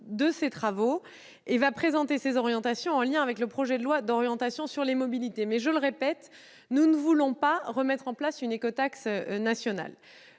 de ces travaux. Il présentera ses propositions en lien avec le projet de loi d'orientation sur les mobilités. Toutefois, je le répète, nous n'entendons pas remettre en place une écotaxe nationale.